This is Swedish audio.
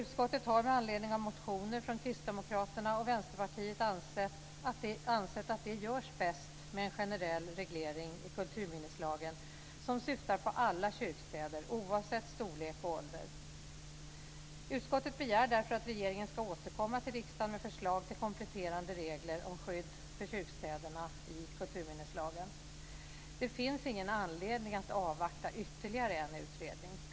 Utskottet har med anledning av motioner från Kristdemokraterna och Vänsterpartiet ansett att det görs bäst med en generell reglering i kulturminneslagen som syftar på alla kyrkstäder, oavsett storlek och ålder. Utskottet begär därför att regeringen ska återkomma till riksdagen med förslag till kompletterande regler om skydd för kyrkstäderna i kulturminneslagen. Det finns ingen anledning att avvakta ytterligare en utredning.